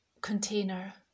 container